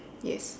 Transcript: yes